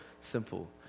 simple